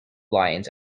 lions